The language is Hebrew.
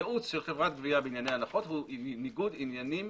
ייעוץ של חברת גבייה בענייני הנחות הוא ניגוד עניינים